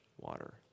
water